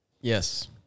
Yes